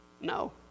No